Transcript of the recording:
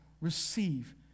receive